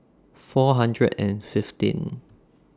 four hundred and fifteen